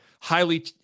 highly